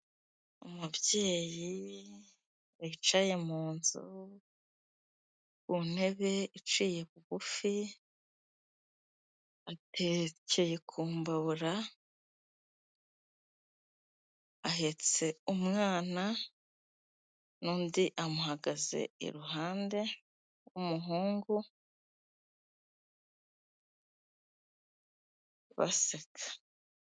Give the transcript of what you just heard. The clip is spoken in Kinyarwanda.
Umubyeyi wicaye mu nzu ku ntebe iciye bugufi, aterekeye ku mbabura, ahetse umwana n'undi amuhagaze iruhande w'umuhungu baseka.